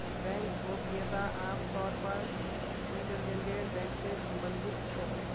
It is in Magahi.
बैंक गोपनीयता आम तौर पर स्विटज़रलैंडेर बैंक से सम्बंधित छे